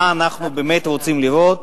מה אנחנו באמת רוצים לראות,